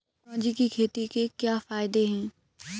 चिरौंजी की खेती के क्या फायदे हैं?